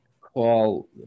call